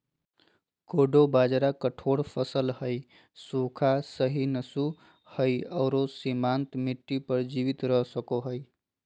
कोडो बाजरा कठोर फसल हइ, सूखा, सहिष्णु हइ आरो सीमांत मिट्टी पर जीवित रह सको हइ